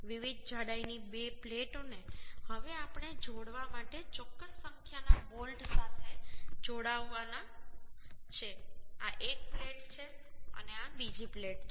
વિવિધ જાડાઈની બે પ્લેટોને હવે આપણે જોડવા માટે ચોક્કસ સંખ્યાના બોલ્ટ સાથે જોડાવાના છે આ એક પ્લેટ છે અને આ બીજી પ્લેટ છે